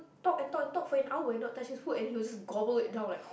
talk and talk and talk for an hour not touches food and then he will just gobble it down like